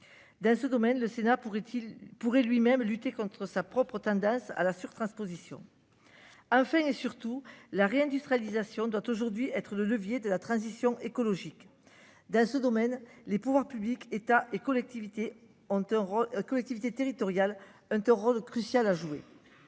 Dans ce domaine. Le Sénat pourrait, il pourrait lui-même lutter contre sa propre aux tendances à la surtransposition. A enfin et surtout la réindustrialisation doit aujourd'hui être le levier de la transition écologique. Dans ce domaine, les pouvoirs publics, États et collectivités entre. Collectivités territoriales hein. Rôle crucial à jouer.